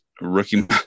rookie